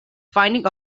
finding